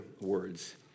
words